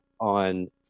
on